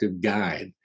guide